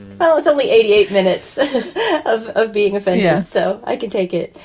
well, it's only eighty eight minutes of of being affinia. so i can take it.